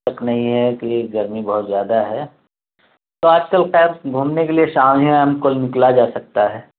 تک نہیں ہے کہ گرمی بہت زیادہ ہے تو آج کل خیر گھومنے کے لیے شام ہم کل نکلا جا سکتا ہے